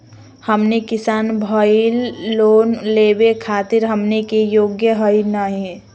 हमनी किसान भईल, लोन लेवे खातीर हमनी के योग्य हई नहीं?